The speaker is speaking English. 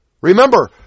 remember